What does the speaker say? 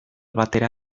batera